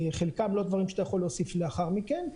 חלקם זה לא דברים שאתה יכול להוסיף לאחר מכן.